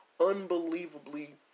unbelievably